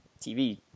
TV